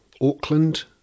Auckland